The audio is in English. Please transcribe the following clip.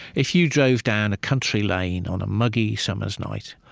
if you drove down a country lane on a muggy summer's night,